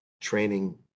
training